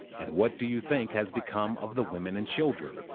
and what do you think has become of the women and children?